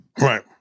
Right